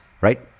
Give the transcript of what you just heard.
Right